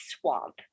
swamp